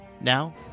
Now